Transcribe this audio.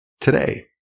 today